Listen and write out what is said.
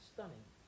Stunning